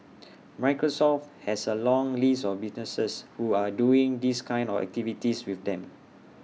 Microsoft has A long list of businesses who are doing these kind of activities with them